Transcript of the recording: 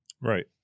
Right